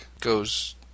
goes